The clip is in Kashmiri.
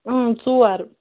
اۭں ژور